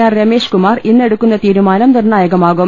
R Ramesh Kumar ഇന്ന് എടുക്കുന്ന തീരു മാനം നിർണായകമാകും